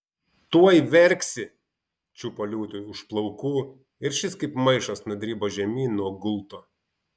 tuoj verksi čiupo liūtui už plaukų ir šis kaip maišas nudribo žemyn nuo gulto